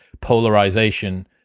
polarization